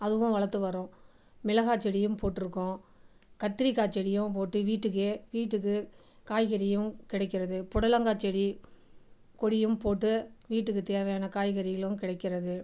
அதுவும் வளர்த்து வரோம் மிளகாய் செடியும் போட்டிருக்கோம் கத்திரிக்காய் செடியும் போட்டு வீட்டுக்கே வீட்டுக்கு காய்கறியும் கிடைக்கிறது புடலங்கா செடி கொடியும் போட்டு வீட்டுக்கு தேவையான காய்கறிகளும் கிடைக்கிறது